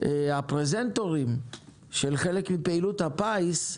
הפרזנטורים של חלק מפעילות הפיס,